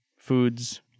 Foods